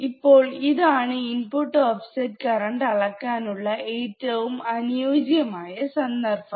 ഇപ്പോൾ ഇതാണ് input offset current അളക്കാനുള്ള ഏറ്റവും അനുയോജ്യമായ സന്ദർഭം